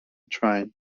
train